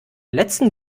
letzten